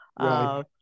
Right